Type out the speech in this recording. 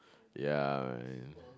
ya